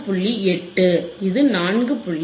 8 இது 4